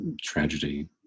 tragedy